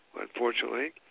unfortunately